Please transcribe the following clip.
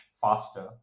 faster